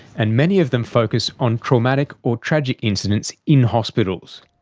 and many of them focus on traumatic or tragic incidents in hospitals.